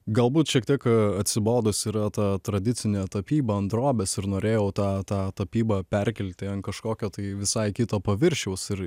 galbūt šiek tiek atsibodus yra ta tradicinė tapyba ant drobės ir norėjau tą tą tapybą perkelti ant kažkokio tai visai kito paviršiaus ir